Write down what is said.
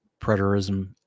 Preterism